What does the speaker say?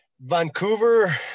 Vancouver